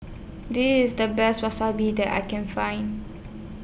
This IS The Best Wasabi that I Can Find